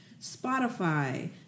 Spotify